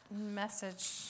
message